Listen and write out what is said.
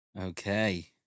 Okay